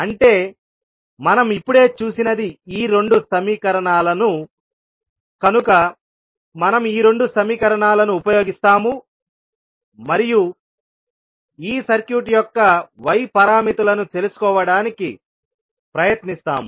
అంటే మనం ఇప్పుడే చూసినది ఈ రెండు సమీకరణాలను కనుక మనం ఈ రెండు సమీకరణాలను ఉపయోగిస్తాము మరియు ఈ సర్క్యూట్ యొక్క y పారామితులను తెలుసుకోవడానికి ప్రయత్నిస్తాము